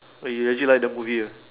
wait you actually like the movie ah